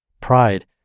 Pride